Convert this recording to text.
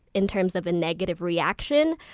in terms of a negative reaction,